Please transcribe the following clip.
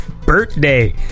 Birthday